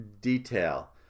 detail